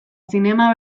zinema